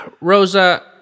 Rosa